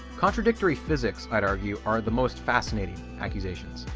contradictory physics i'd argue are the most fascinating accusations.